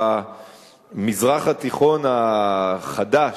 ב"מזרח התיכון החדש",